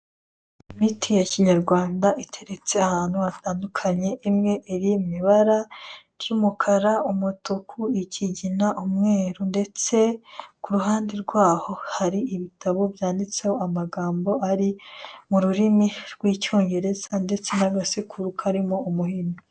Imiti ya kinyarwanda iteretse ahantu hatandukanye; imwe iri mu ibara ry'umukara, umutuku, ikigina, umweru; ndetse ku ruhande rwaho hari ibitabo byanditseho amagambo ari mu rurimi rw'icyongereza, ndetse n'agasekuru karimo umuhini.